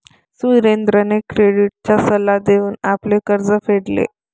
सुरेंद्रने क्रेडिटचा सल्ला घेऊन आपले कर्ज फेडले